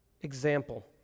example